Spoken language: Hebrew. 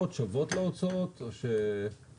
האם ההכנסות עולות על ההוצאות, שוות להוצאות?